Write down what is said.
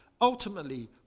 Ultimately